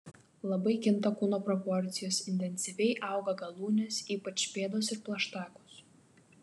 labai kinta kūno proporcijos intensyviai auga galūnės ypač pėdos ir plaštakos